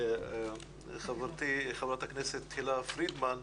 עם חברתי חברת הכנסת תהילה פרידמן,